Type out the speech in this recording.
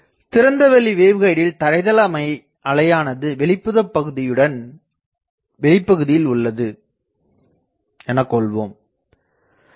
திறந்தவெளி வேவ்கைடில் தரைதள அலையானது வெளிப்பகுதியுடன் வெளிப்பகுதியில் உள்ளது எனகொள்ளலாம்